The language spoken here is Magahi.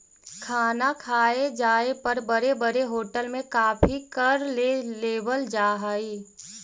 खाना खाए जाए पर बड़े बड़े होटल में काफी कर ले लेवल जा हइ